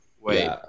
Wait